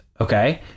Okay